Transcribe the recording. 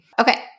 Okay